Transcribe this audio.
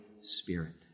Spirit